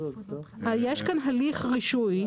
יש כאן הליך רישוי.